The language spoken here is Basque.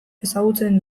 ezagutzen